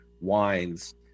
wines